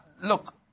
Look